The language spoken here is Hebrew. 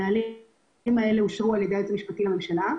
הנהלים האלה אושרו על ידי היועץ המשפטי לממשלה.